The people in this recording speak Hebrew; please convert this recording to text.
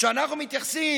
כשאנחנו מתייחסים,